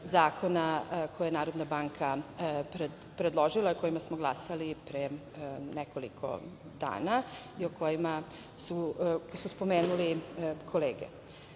zakona koje je Narodna banka predložila i o kojima smo glasali pre nekoliko dana i o kojima su spomenule kolege.Zašto